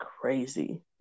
crazy